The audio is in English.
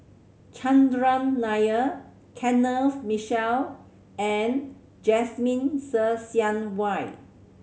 Chandran Nair Kenneth Mitchell and Jasmine Ser Xiang Wei